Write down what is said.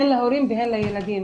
הן להורים והן לילדים.